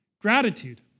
Gratitude